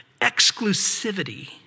exclusivity